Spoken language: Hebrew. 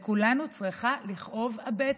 לכולנו צריכה לכאוב הבטן.